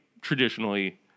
traditionally